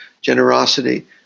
generosity